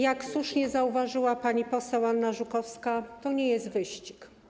Jak słusznie zauważyła pani poseł Anna Żukowska, to nie jest wyścig.